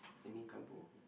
any kampung